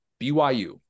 BYU